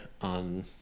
on